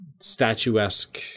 statuesque